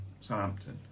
Southampton